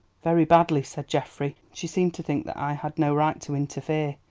very badly, said geoffrey she seemed to think that i had no right to interfere.